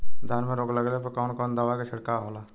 धान में रोग लगले पर कवन कवन दवा के छिड़काव होला?